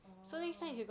orh